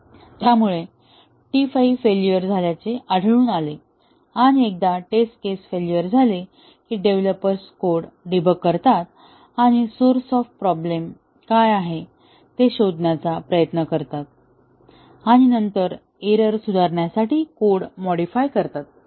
त्यामुळे T 5 failure झाल्याचे आढळून आले आणि एकदा टेस्ट केस फेल्युअर झाले की डेव्हलपर्स कोड डीबग करतात सोर्स ऑफ प्रॉब्लेम काय आहे ते शोधण्याचा प्रयत्न करतात आणि नंतर एरर सुधारण्यासाठी कोड मॉडिफाय करतात